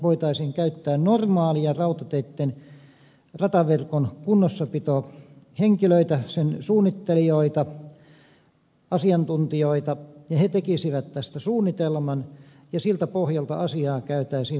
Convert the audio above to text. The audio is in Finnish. voitaisiin käyttää normaaleja rautateitten rataverkon kunnossapitohenkilöitä sen suunnittelijoita asiantuntijoita ja he tekisivät tästä suunnitelman ja siltä pohjalta asiaa käytäisiin valmistelemaan